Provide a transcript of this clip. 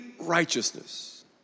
righteousness